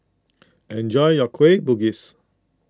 enjoy your Kueh Bugis